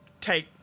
take